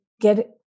get